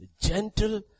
gentle